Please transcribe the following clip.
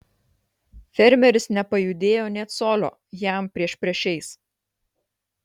fermeris nepajudėjo nė colio jam priešpriešiais